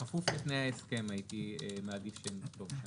בכפוף לתנאי ההסכם, הייתי מעדיף שיהיה כתוב.